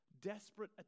desperate